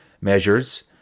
measures